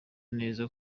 neza